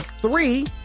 Three